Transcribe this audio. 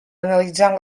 analitzant